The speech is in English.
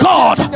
God